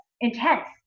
intense